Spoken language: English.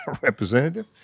representative